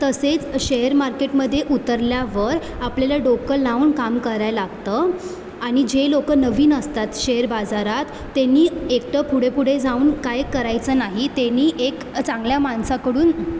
तसेच शेअर मार्केटमध्ये उतरल्यावर आपल्याला डोकं लावून काम कराय लागतं आणि जे लोकं नवीन असतात शेअर बाजारात त्यानी एकटं पुढे पुढे जाऊन काय करायचं नाही त्यानी एक चांगल्या माणसाकडून